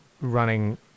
running